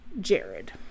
Jared